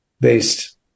based